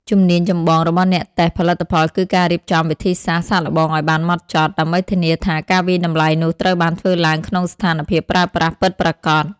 ជំនាញចម្បងរបស់អ្នកតេស្តផលិតផលគឺការរៀបចំវិធីសាស្ត្រសាកល្បងឱ្យបានហ្មត់ចត់ ដើម្បីធានាថាការវាយតម្លៃនោះត្រូវបានធ្វើឡើងក្នុងស្ថានភាពប្រើប្រាស់ពិតប្រាកដ។